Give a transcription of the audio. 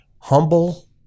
humble